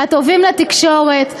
"הטובים לתקשורת",